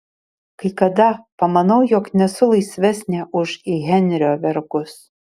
kai kada pamanau jog nesu laisvesnė už henrio vergus